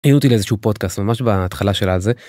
העלו אותי לאיזשהו פודקאסט ממש בהתחלה של הזה.